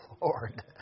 Lord